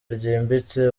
ryimbitse